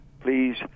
please